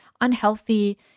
unhealthy